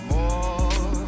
More